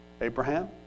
Abraham